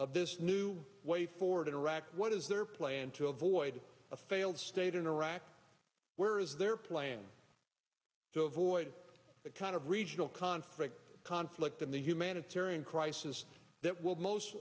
of this new way forward in iraq what is their plan to avoid a failed state in iraq where is their plan so avoid the kind of regional conflict conflict and the humanitarian crisis that will most